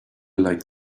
like